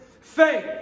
faith